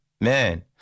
man